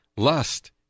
Lust